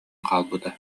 хаалбыта